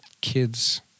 kids